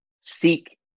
seek